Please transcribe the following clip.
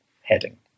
heading